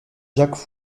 jacques